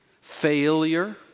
failure